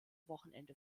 wochenende